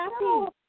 happy